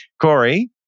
Corey